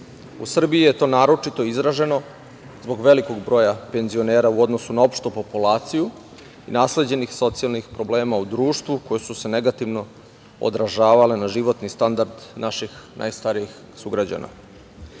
U Srbiji je to naročito izraženo zbog velikog broja penzioner u odnosu na opštu populaciju i nasleđenih socijalnih problema u društvu koji su se negativno odražavale na životni standard naših najstarijih građana. Srbija